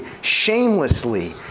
shamelessly